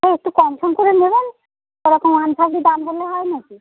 তো একটু কমসম করে নেবেন এরকম আনতাবড়ি দাম বললে হয় না কি